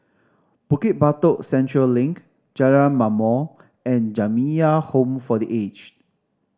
Bukit Batok Central Link Jalan Ma'mor and Jamiyah Home for The Aged